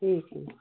ठीक है